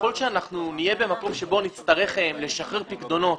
ככל שאנחנו נהיה במקום שבו נצטרך לשחרר פיקדונות